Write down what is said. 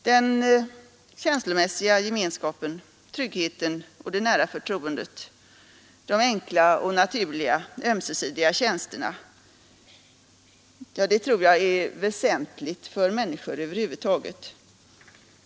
Den känslomässiga gemenskapen, tryggheten och det nära förtroendet, de enkla och naturliga ömsesidiga tjänsterna tror jag är väsentliga för människor över huvud taget.